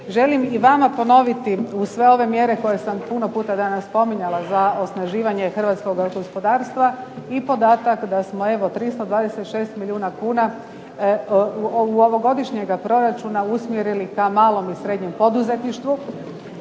Želim i vama ponoviti uz sve ove mjere koje sam puno puta danas spominjala za osnaživanje hrvatskoga gospodarstva i podatak da smo evo 326 milijuna kuna ovogodišnjega proračuna usmjerili ka malom i srednjem poduzetništvu,